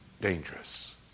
Dangerous